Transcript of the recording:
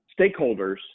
stakeholders